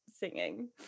singing